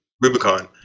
rubicon